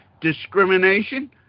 discrimination